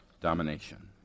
domination